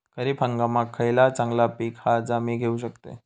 खरीप हंगामाक खयला चांगला पीक हा जा मी घेऊ शकतय?